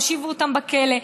או הושיבו אותם בכלא.